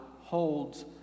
holds